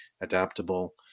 adaptable